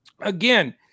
again